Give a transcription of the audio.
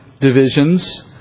divisions